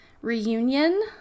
reunion